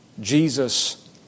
Jesus